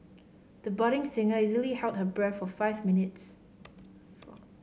the budding singer easily held her breath for five minutes